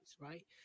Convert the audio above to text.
right